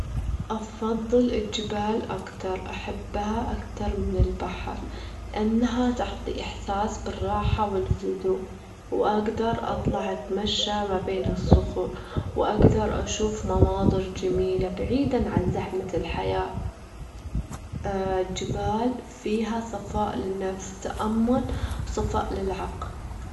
أفضل الجبال أكتر، أحبها أكتر من البحر، لأنها تعطي إحساس بالراحة والهدوء، وأجدر أطلع أتمشى مابين الصخور، وأجدر أشوف مناظر جميلة بعيدًا عن زحمة الحياة، الجبال فيها صفاء للنفس تأمل، وصفاء. للعقل